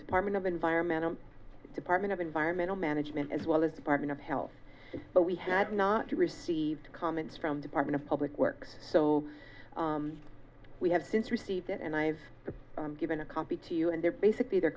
department of environmental department of environmental management as well as department of health but we had not received comments from department of public works so we have since received it and i've given a copy to you and they're basically the